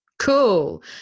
Cool